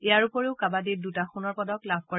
ইয়াৰ উপৰিও কাবাডিত দুটা সোণৰ পদক লাভ কৰে